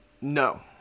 No